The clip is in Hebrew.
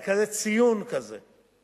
זה כזה ציון של עשייה.